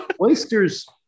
oysters